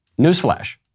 Newsflash